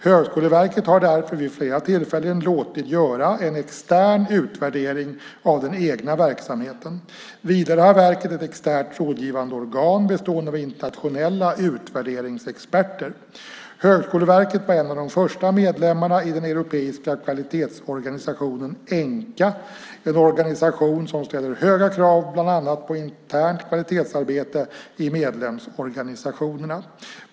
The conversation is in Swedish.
Högskoleverket har därför vid flera tillfällen låtit göra en extern utvärdering av den egna verksamheten. Vidare har verket ett externt rådgivande organ bestående av internationella utvärderingsexperter. Högskoleverket var en av de första medlemmarna i den europeiska kvalitetsorganisationen ENQA - en organisation som ställer höga krav bland annat på internt kvalitetsarbete i medlemsorganisationerna.